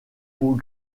peau